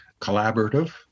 collaborative